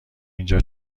اینجا